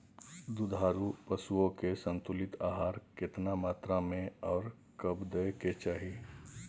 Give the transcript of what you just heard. दुधारू पशुओं के संतुलित आहार केतना मात्रा में आर कब दैय के चाही?